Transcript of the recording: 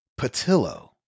Patillo